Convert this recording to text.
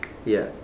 ya